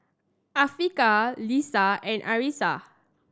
Afiqah Lisa and Arissa